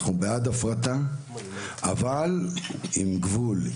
אנחנו בעד הפרטה אבל עם גבול,